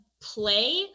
play